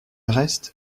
reste